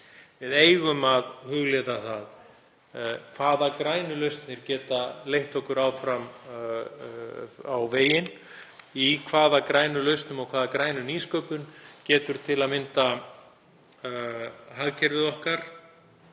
Við eigum að hugleiða það hvaða grænu lausnir geta leitt okkur áfram á veginn, í hvaða grænum lausnum og hvaða grænu nýsköpun, til að mynda, hagkerfið okkar